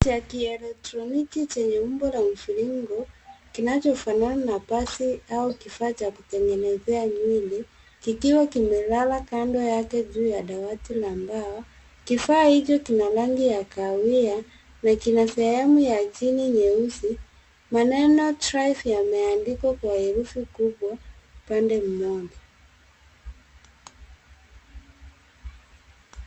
Kielektroniki chenye umbo la mviringo kinachofanana na pasi au kifaa cha kutengenezea nywele kikiwa kimelala kando yake juu ya dawati la mbao kifaa hicho kina rangi ya kahawia na kina sehemu ya chini nyeusi. Maneno "TRIFE" yameandikwa kwa herufi kubwa upande mmoja.